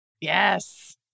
Yes